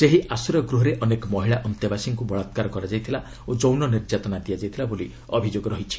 ସେହି ଆଶ୍ରୟ ଗୃହରେ ଅନେକ ମହିଳା ଅନ୍ତେବାସୀଙ୍କୁ ବଳାକ୍କାର କରାଯାଇଥିଲା ଓ ଯୌନ ନିର୍ଯାତନା ଦିଆଯାଇଥିଲା ବୋଲି ଅଭିଯୋଗ ରହିଛି